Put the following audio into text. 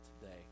today